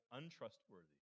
untrustworthy